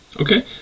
Okay